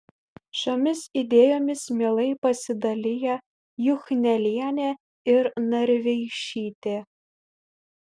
šiomis idėjomis mielai pasidalija juchnelienė ir narveišytė